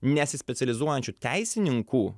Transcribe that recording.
nesispecializuojančių teisininkų